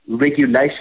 regulation